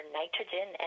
nitrogen